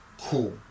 Cool